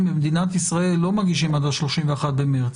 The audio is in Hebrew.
במדינת ישראל לא מגישים עד ה-31 במארס.